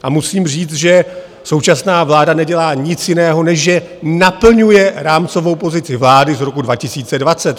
A musím říct, že současná vláda nedělá nic jiného, než že naplňuje rámcovou pozici vlády z roku 2020.